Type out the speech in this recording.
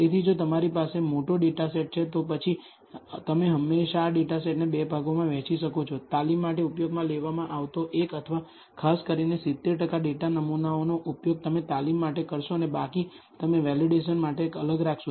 તેથી જો તમારી પાસે મોટો ડેટાસેટ છે તો પછી તમે હંમેશા આ ડેટાસેટને 2 ભાગોમાં વહેંચી શકો છો તાલીમ માટે ઉપયોગમાં લેવામાં આવતો એક ખાસ કરીને 70 ટકા ડેટા નમૂનાઓનો ઉપયોગ તમે તાલીમ માટે કરશો અને બાકી તમે વેલિડેશન માટે અલગ રાખશો